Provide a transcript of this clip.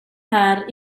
här